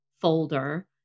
folder